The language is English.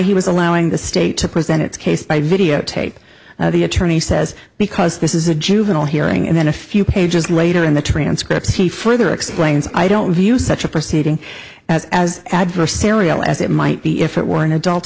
he was allowing the state to present its case by videotape the attorney says because this is a juvenile hearing and then a few pages later in the transcripts he further explains i don't view such a proceeding as as adversarial as it might be if it were an adult